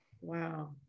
Wow